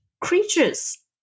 Creatures